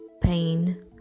pain